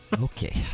Okay